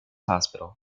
hospital